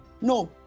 No